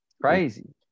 crazy